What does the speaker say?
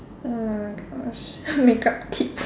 oh my Gosh makeup tips